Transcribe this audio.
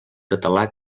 català